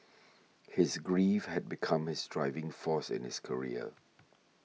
his grief had become his driving force in his career